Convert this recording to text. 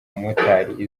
umumotari